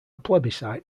plebiscite